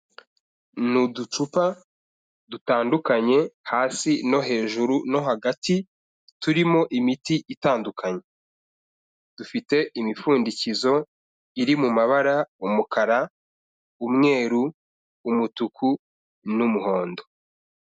Ni uducupa dutandukanye hasi no hejuru no hagati turimo imiti itandukanye, dufite imipfundikizo iri mu mabara umukara, umweru, umutuku n'umuhondo.